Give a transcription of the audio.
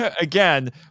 Again